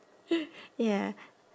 ya